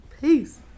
Peace